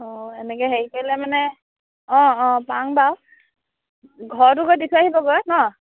অঁ এনেকৈ হেৰি কৰিলে মানে অঁ অঁ পাও বাৰু ঘৰটো গৈ দি থৈ আহিবগৈ নহ্